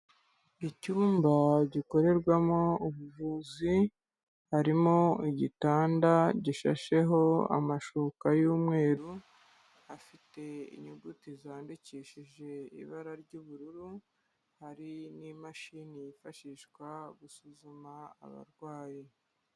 Icyumba gikorerwamo ubuvuzi, harimo igitanda gishasheho amashuka y'umweru, afite inyuguti zandikishije ibara ry'ubururu, hari n'imashini yifashishwa gusuzuma abarwayi.